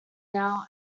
now